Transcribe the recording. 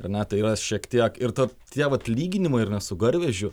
ir ne tai yra šiek tiek ir ta tie vat lyginimai ar ne su garvežiu